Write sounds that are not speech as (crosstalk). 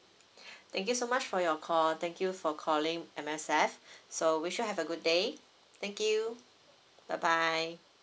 (breath) thank you so much for your call thank you for calling M_S_F (breath) so wish you have a good day thank you bye bye